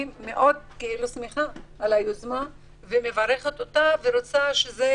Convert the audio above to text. אני שמחה על היוזמה ומברכת עליה ורוצה שזה